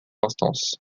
instance